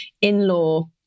in-law